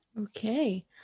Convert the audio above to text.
Okay